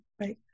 Right